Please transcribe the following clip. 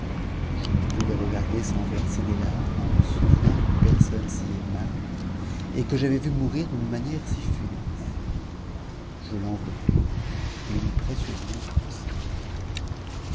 je ne pus le regarder sans verser des larmes en me souvenant d'une personne si aimable et que j'avais vue mourir d'une manière si funeste je l'enveloppai et le mis précieusement dans mon sein